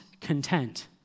content